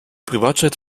privatjet